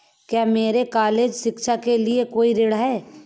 क्या मेरे कॉलेज शिक्षा के लिए कोई ऋण है?